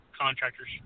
contractors